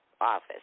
office